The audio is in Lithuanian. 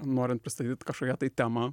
norint pristatyt kažkokią tai temą